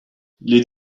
les